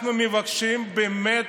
אנחנו מבקשים באמת